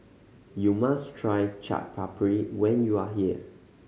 you must try Chaat Papri when you are here